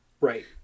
Right